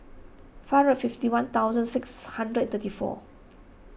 five hundred fifty one thousand six hundred thirty four